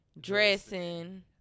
dressing